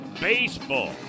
baseball